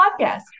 Podcast